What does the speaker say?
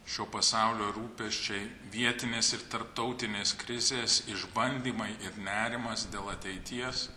šio pasaulio rūpesčiai vietinės ir tarptautinės krizės išbandymai ir nerimas dėl ateities